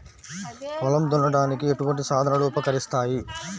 పొలం దున్నడానికి ఎటువంటి సాధనలు ఉపకరిస్తాయి?